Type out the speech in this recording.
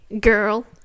girl